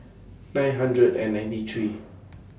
nine hundred and ninety three